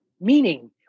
meaning